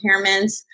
impairments